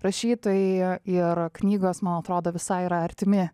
rašytojo ir knygos man atrodo visai yra artimi